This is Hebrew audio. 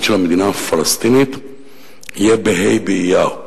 של המדינה הפלסטינית יהיה בה' באייר.